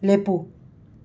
ꯂꯦꯞꯄꯨ